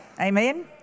Amen